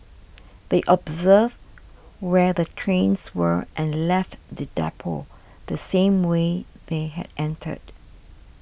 they observed where the trains were and left the depot the same way they had entered